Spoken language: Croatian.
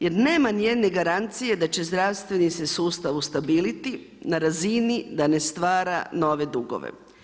Jer nema ni jedne garancije da će zdravstveni se sustav ustaliti na razini da ne stvara nove dugove.